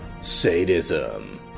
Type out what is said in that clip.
sadism